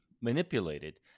manipulated